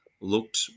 looked